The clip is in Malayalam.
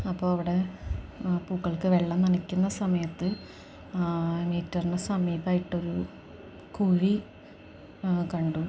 അപ്പോള് അവിടെ പൂക്കൾക്കു വെള്ളം നനയ്ക്കുന്ന സമയത്ത് മീറ്ററിനു സമീപത്തായിട്ടൊരു കുഴി കണ്ടു